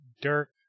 Dirk